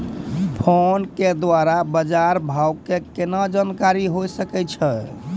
Phone के द्वारा बाज़ार भाव के केना जानकारी होय सकै छौ?